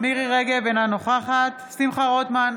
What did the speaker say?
מירי מרים רגב, אינה נוכחת שמחה רוטמן,